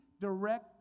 direct